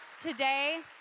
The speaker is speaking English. today